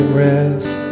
rest